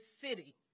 city